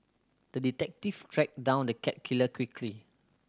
the detective tracked down the cat killer quickly